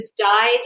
died